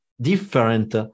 different